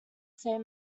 same